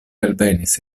alvenis